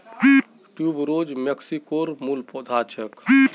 tuberose मेक्सिकोर मूल पौधा छेक